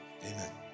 amen